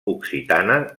occitana